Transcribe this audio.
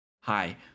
Hi